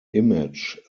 image